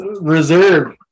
reserve